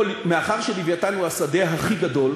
קודם כול, מאחר ש"לווייתן" הוא השדה הכי גדול,